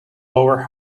lower